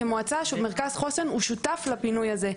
כי המועצה, מרכז חוסן הוא שותף לפינוי הזה.